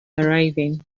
arriving